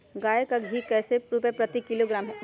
गाय का घी कैसे रुपए प्रति किलोग्राम है?